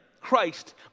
Christ